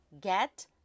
get